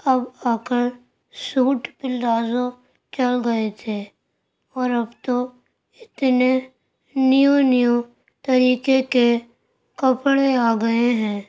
اب آ کر سوٹ پلازو چل گئے تھے اور اب تو اتنے نیو نیو طریقے کے کپڑے آ گئے ہیں